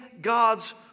God's